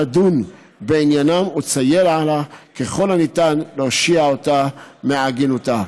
תדון בעניינה ותסייע לה ככל הניתן להושיע אותה מעגינותה.